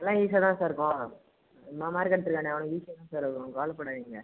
எல்லாம் ஈஸியாகதான் சார் இருக்கும் இம்மா மார்க் எடுத்திருக்கானே அவனுக்கு ஈஸியாகதான் சார் இருக்கும் கவலைப்படாதிங்க